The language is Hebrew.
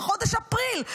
בחודש אפריל.